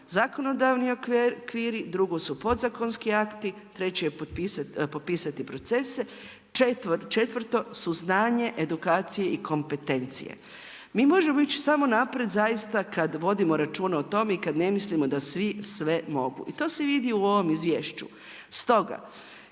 zakonodavni okviri, drugo su podzakonski akti, treće je popisati procese, četvrto su znanje, edukacije i kompetencije. Mi možemo ići samo naprijed zaista kad vodimo računa o tome i kad ne mislimo da svi sve mogu. I to se vidi u ovom izvješću. Stoga